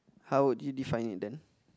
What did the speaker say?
how would you define it then